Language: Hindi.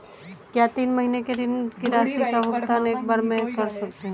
क्या तीन महीने के ऋण की राशि का भुगतान एक बार में कर सकते हैं?